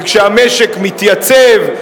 וכשהמשק מתייצב,